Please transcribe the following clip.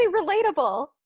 relatable